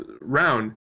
round